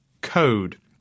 code